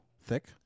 thick